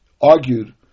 argued